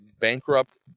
bankrupt